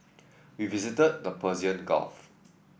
we visited the Persian Gulf